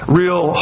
real